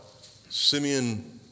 Simeon